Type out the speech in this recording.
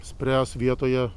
spręs vietoje